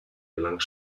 gelang